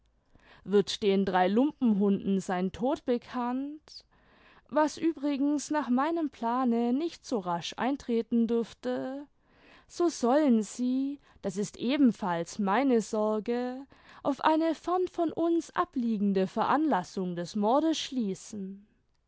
wird den drei lumpenhunden sein tod bekannt was übrigens nach meinem plane nicht so rasch eintreten dürfte so sollen sie das ist ebenfalls meine sorge auf eine fern von uns abliegende veranlassung des mordes schließen